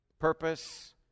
Purpose